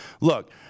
look